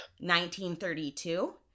1932